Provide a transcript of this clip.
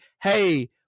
hey